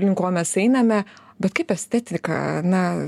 link ko mes einame bet kaip estetika na